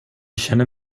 känner